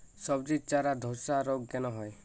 সবজির চারা ধ্বসা রোগ কেন হয়?